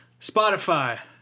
Spotify